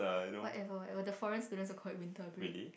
whatever whatever the foreign students will call it winter break